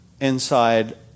inside